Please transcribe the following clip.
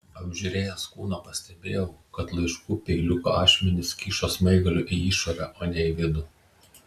apžiūrėjęs kūną pastebėjau kad laiškų peiliuko ašmenys kyšo smaigaliu į išorę o ne į vidų